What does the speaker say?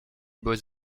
beaux